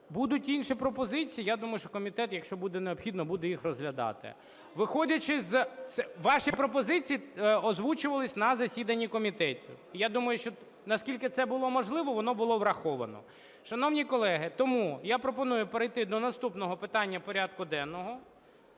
будуть інші пропозиції, я думаю, що комітет, якщо буде необхідно, буде їх розглядати. Виходячи з… Ваші пропозиції озвучувались на засіданні комітетів, я думаю, що наскільки це було можливо, воно було враховано. Шановні колеги, тому я пропоную перейти до наступного питання порядку денного.